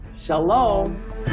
Shalom